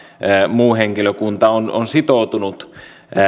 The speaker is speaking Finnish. muu henkilökunta on on sitoutunut